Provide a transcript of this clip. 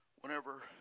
whenever